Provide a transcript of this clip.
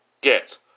get